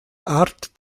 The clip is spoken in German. art